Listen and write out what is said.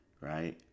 Right